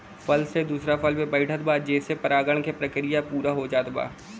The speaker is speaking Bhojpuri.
फूल से दूसरा फूल पे बैठत बा जेसे परागण के प्रक्रिया पूरा हो जात बा